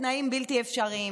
בתנאים בלתי אפשריים.